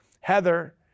Heather